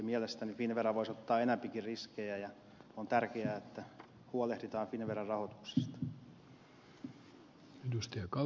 mielestäni finnvera voisi ottaa enemmänkin riskejä ja on tärkeää että huolehditaan finnveran rahoituksesta